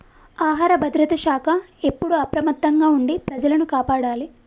ఆహార భద్రత శాఖ ఎప్పుడు అప్రమత్తంగా ఉండి ప్రజలను కాపాడాలి